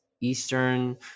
Eastern